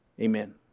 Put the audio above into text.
Amen